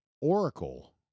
Oracle